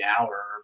hour